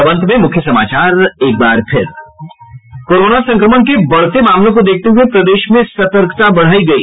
और अब अंत में मुख्य समाचार कोरोना संक्रमण के बढ़ते मामलों को देखते हुए प्रदेश में सतर्कता बढ़ायी गयी